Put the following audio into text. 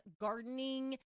gardening